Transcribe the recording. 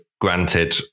granted